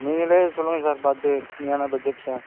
நீங்கள் சொல்லுங்கள் சார் பார்த்து கம்மியான பட்ஜெட்டில்